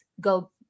go